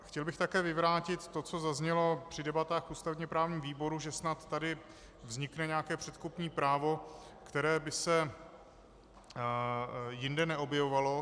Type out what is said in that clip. Chtěl bych také vyvrátit to, co zaznělo při debatách v ústavněprávním výboru, že snad tady vznikne nějaké předkupní právo, které by se jinde neobjevovalo.